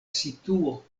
situo